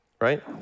Right